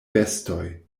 bestoj